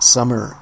Summer